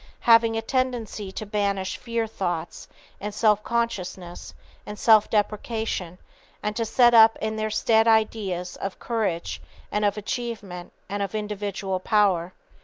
having a tendency to banish fear-thoughts and self-consciousness and self-depreciation, and to set up in their stead ideas of courage and of achievement and of individual power.